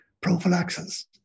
prophylaxis